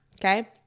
okay